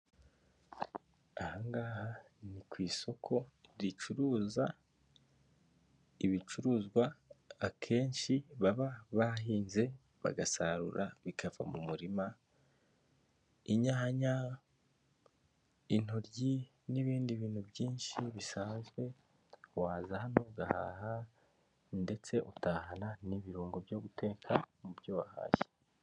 Ahangaha ni ku isoko ricuruza ibicuruzwa akenshi baba bahinze bagasarura bikava mu murima inyanya, intoryi n'ibindi bintu byinshi bisanzwe waza hano ugahaha ndetse utahana n'ibirungo byo guteka mu byo wahashye.